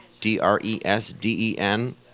D-R-E-S-D-E-N